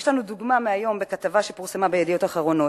יש לנו דוגמה מהיום בכתבה שפורסמה ב"ידיעות אחרונות".